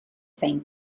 same